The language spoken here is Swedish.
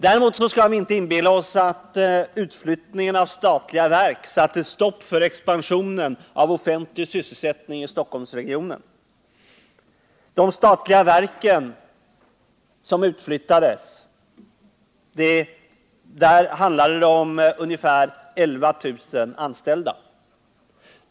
Däremot skall vi inte inbilla oss att utflyttningen av statliga verk satte stopp för expansionen av offentlig sysselsättning i Stockholmsregionen. De statliga verk som utflyttades hade ungefär 11 000 anställda.